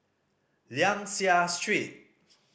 Liang Seah Street